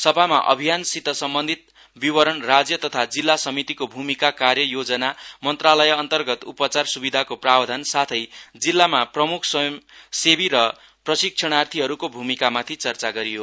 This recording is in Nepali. सभामा अभियानसित सम्बन्धित विवरण राज्य तथा जिल्ला समितिको भूमिका कार्य योजना मन्त्रालय अन्तर्गत उपचार सुविधाको प्रावधान साथै जिल्लामा प्रमुख स्वंमसेवी र प्रशिक्षणार्थीहरूको भूमिकामाथि चर्चा गरियो